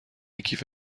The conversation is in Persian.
کیف